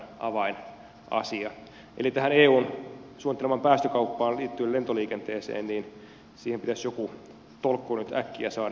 eli tähän eun suunnittelemaan päästökauppaan lentoliikenteeseen liittyen pitäisi joku tolkku nyt äkkiä saada